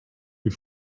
you